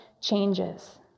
changes